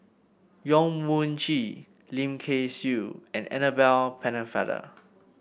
Yong Mun Chee Lim Kay Siu and Annabel Pennefather